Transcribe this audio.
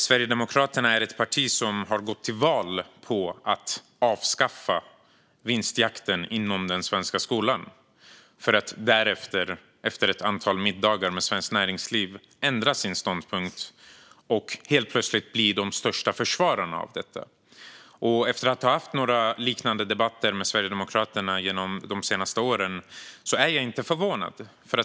Sverigedemokraterna gick till val på att avskaffa vinstjakten i den svenska skolan, men efter ett antal middagar med Svenskt Näringsliv ändrade de plötsligt sin ståndpunkt och blev de största försvararna av det. Efter liknande debatter med Sverigedemokraterna de senaste åren är jag inte förvånad.